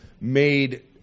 made